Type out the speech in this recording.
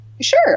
Sure